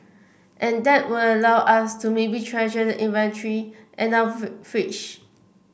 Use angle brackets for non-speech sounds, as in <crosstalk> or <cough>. and that would allow us to maybe treasure the inventory in our <unintelligible> fridge